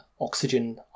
oxygen